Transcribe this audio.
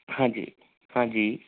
ਹਾਂਜੀ ਹਾਂਜੀ